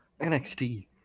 NXT